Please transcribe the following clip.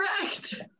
correct